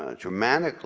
ah dramatically